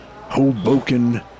Hoboken